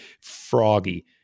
froggy